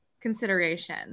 consideration